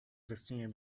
westchnieniem